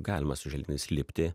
galima su želdynais lipti